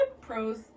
pros